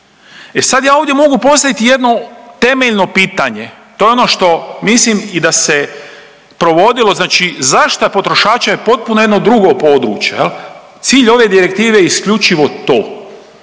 E sad ja ovdje mogu postaviti jedno temeljno pitanje, to je ono što mislim i da se provodilo zaštita potrošača je potpuno jedno drugo područje jel. Cilj ove direktive je isključivo to.